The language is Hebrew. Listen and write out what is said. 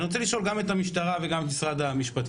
אני רוצה לשאול גם את המשטרה וגם את משרד המשפטים: